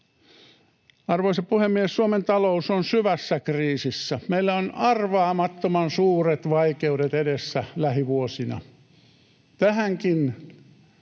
Arvoisa puhemies! Suomen talous on syvässä kriisissä. Meillä on arvaamattoman suuret vaikeudet edessä lähivuosina. Tähänkin